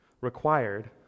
required